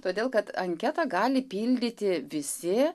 todėl kad anketą gali pildyti visi